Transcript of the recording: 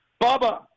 Baba